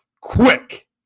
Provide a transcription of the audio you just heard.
quick